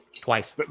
Twice